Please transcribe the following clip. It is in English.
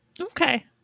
Okay